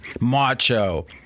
macho